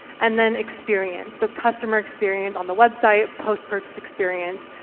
and then experience, so customer experience on the website, post-purchase experience,